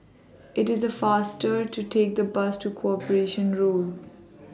IT IS faster to Take The Bus to Corporation Road